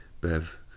Bev